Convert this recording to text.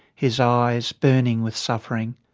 his eyes burning with suffering.